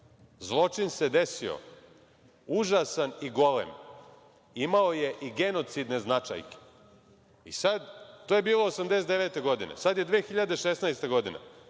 Zločin se desio, užasan i golem, imao je i genocidne značajke.I sad, to je bilo 1989. godine, sada je 2016. godina